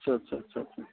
अच्छा अच्छा अच्छा अच्छा